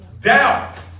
doubt